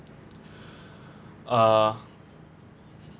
uh